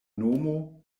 nomo